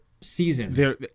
seasons